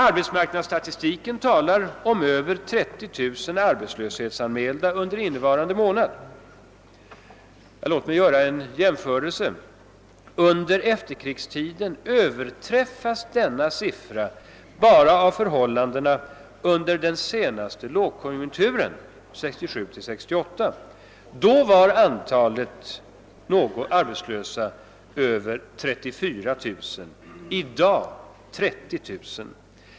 Arbetsmarknadsstatistiken talar om över 30 000 arbetslöshetsanmälda under innevarande månad. Låt mig göra en jämförelse. Under efterkrigstiden överträffas den siffran bara av förhållandena under den senaste lågkonjunkturen, 1967—1968, då antalet arbetslösa var över 34 000, mot i dag 30 000.